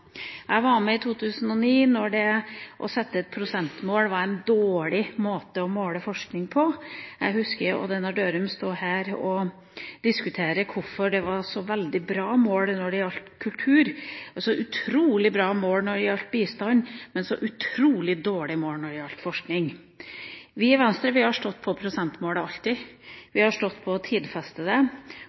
Jeg var med i 2009, da det å sette et prosentmål var en dårlig måte å måle forskning på. Jeg husker Odd Einar Dørum stå her og diskutere hvorfor det var et veldig bra mål når det gjaldt kultur og et utrolig bra mål når det gjaldt bistand, men et utrolig dårlig mål når det gjaldt forskning. Vi i Venstre har alltid stått på prosentmålet. Vi har stått på å tidfeste det,